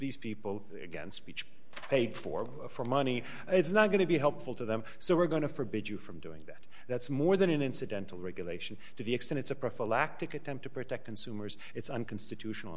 these people again speech paid for for money it's not going to be helpful to them so we're going to forbid you from doing that that's more than an incidental regulation to the extent it's a prophylactic attempt to protect consumers it's unconstitutional